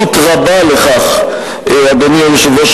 אדוני היושב-ראש,